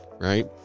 right